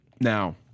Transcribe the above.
Now